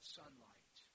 sunlight